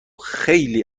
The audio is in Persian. خیلی